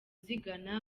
zigana